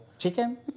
Chicken